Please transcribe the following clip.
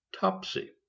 Topsy